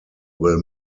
will